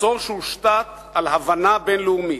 מצור שהושתת על הבנה בין-לאומית: